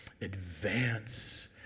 advance